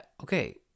okay